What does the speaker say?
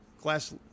glass